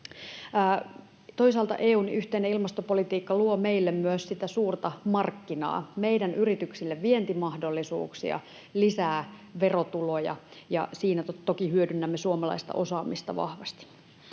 Toisaalta EU:n yhteinen ilmastopolitiikka luo meille myös sitä suurta markkinaa, meidän yrityksille vientimahdollisuuksia, lisää verotuloja, ja siinä toki hyödynnämme suomalaista osaamista vahvasti.